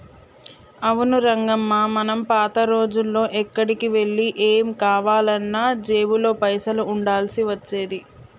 అవును రంగమ్మ మనం పాత రోజుల్లో ఎక్కడికి వెళ్లి ఏం కావాలన్నా జేబులో పైసలు ఉండాల్సి వచ్చేది